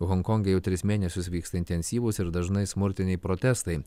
honkonge jau tris mėnesius vyksta intensyvūs ir dažnai smurtiniai protestai